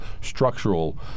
structural